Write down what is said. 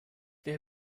der